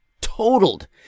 totaled